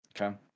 okay